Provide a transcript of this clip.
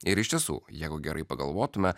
ir iš tiesų jeigu gerai pagalvotume